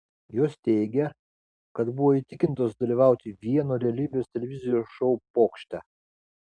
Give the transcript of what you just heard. jos teigia kad buvo įtikintos dalyvauti vieno realybės televizijos šou pokšte